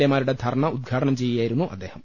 A മാരുടെ ധർണ്ണ ഉദ്ഘാടനം ചെയ്യു കയായിരുന്നു അദ്ദേഹം